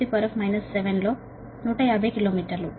కాబట్టి మీ L210 7లో 150 కిలో మీటర్లు